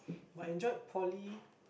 I enjoyed poly